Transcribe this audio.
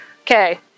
Okay